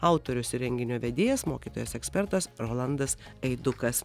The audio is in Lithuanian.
autorius ir renginio vedėjas mokytojas ekspertas rolandas aidukas